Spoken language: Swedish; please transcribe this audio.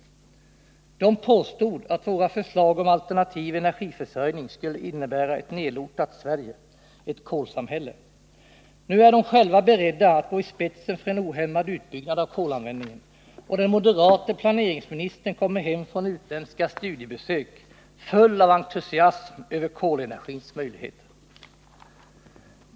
De påstod att våra förslag om alternativ energiförsörjning skulle innebära ett nedlortat Sverige, ett kolsamhälle. Nu är de själva beredda att gå i spetsen för en ohämmad utbyggnad av kolanvändningen, och den moderate planeringsministern kommer hem från utländska studiebesök full av entusiasm över kolenergins möjligheter.